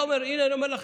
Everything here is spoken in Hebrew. הינה, אני אומר לכם,